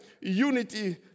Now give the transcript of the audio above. unity